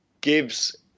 gives